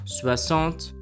soixante